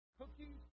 cookies